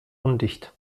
undicht